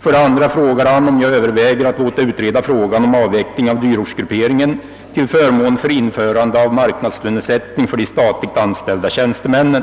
För det andra frågar han om jag överväger att låta utreda frågan om avveckling av dyrortsgrupperingen till förmån för införande av marknadslönesättning för de statligt anställda tjänstemännen.